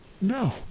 No